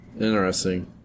Interesting